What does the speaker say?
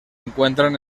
encuentran